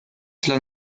cela